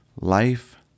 life